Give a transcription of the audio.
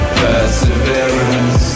perseverance